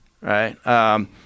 right